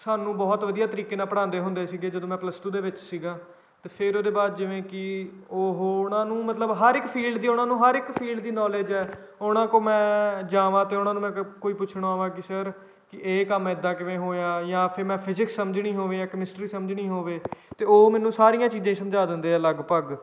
ਸਾਨੂੰ ਬਹੁਤ ਵਧੀਆ ਤਰੀਕੇ ਨਾਲ ਪੜ੍ਹਾਉਂਦੇ ਹੁੰਦੇ ਸੀਗੇ ਜਦੋਂ ਮੈਂ ਪਲੱਸ ਟੂ ਦੇ ਵਿੱਚ ਸੀਗਾ ਅਤੇ ਫੇਰ ਉਹਦੇ ਬਾਅਦ ਜਿਵੇਂ ਕਿ ਉਹ ਉਹਨਾਂ ਨੂੰ ਮਤਲਬ ਹਰ ਇੱਕ ਫੀਲਡ ਦੀ ਉਹਨਾਂ ਨੂੰ ਹਰ ਇੱਕ ਫੀਲਡ ਦੀ ਨੌਲੇਜ ਹੈ ਉਹਨਾਂ ਕੋਲ ਮੈਂ ਜਾਵਾਂ ਤਾਂ ਉਹਨਾਂ ਨੂੰ ਮੈਂ ਕ ਕੋਈ ਪੁੱਛਣਾ ਹੋਵਾ ਕਿ ਸਰ ਕਿ ਇਹ ਕੰਮ ਇੱਦਾਂ ਕਿਵੇਂ ਹੋਇਆ ਜਾਂ ਫੇਰ ਮੈਂ ਫਿਜੀਕਸ ਸਮਝਣੀ ਹੋਵੇ ਜਾਂ ਕਮਿਸਟਰੀ ਸਮਝਣੀ ਹੋਵੇ ਤਾਂ ਉਹ ਮੈਨੂੰ ਸਾਰੀਆਂ ਚੀਜ਼ਾਂ ਹੀ ਸਮਝਾ ਦਿੰਦੇ ਆ ਲਗਭਗ